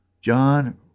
John